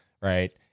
Right